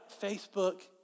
Facebook